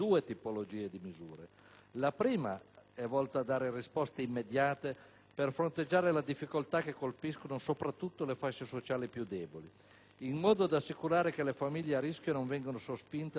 La prima è volta a dare risposte immediate per fronteggiare le difficoltà che colpiscono soprattutto le fasce sociali più deboli in modo da assicurare che le famiglie a rischio non vengano sospinte oltre la fascia della povertà